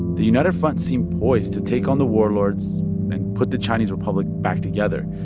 the united front seemed poised to take on the warlords and put the chinese republic back together.